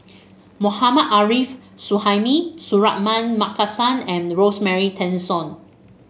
Mohammad Arif Suhaimi Suratman Markasan and Rosemary Tessensohn